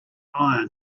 iron